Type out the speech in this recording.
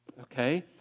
okay